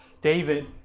David